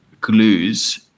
glues